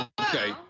Okay